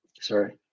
sorry